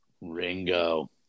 Ringo